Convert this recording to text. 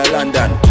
London